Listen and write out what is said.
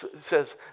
says